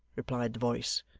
replied the voice,